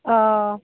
অঁ